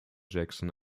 jackson